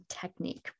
technique